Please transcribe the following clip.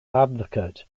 advocate